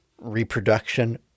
reproduction